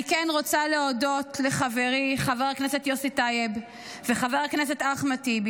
אני כן רוצה להודות לחברי חבר הכנסת יוסי טייב ולחבר הכנסת אחמד טיבי,